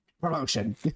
Promotion